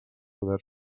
poder